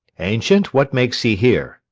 ancient, what makes he here?